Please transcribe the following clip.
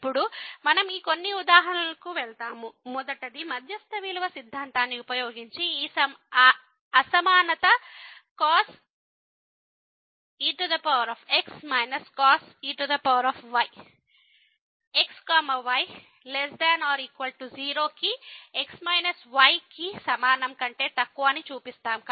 ఇప్పుడు మనం ఈ కొన్ని ఉదాహరణలకు వెళ్తాము మొదటిది మధ్యస్థ విలువ సిద్ధాంతాన్ని ఉపయోగించి ఈ అసమానత cos ex cos ey x y≤ 0 కి x yకి సమానం కంటే తక్కువ అని చూపిస్తాము